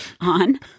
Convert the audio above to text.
on